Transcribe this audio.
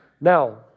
Now